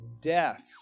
death